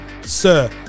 Sir